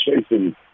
chasing